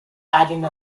adding